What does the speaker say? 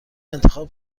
انتخاب